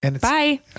Bye